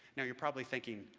now you're probably thinking,